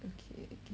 okay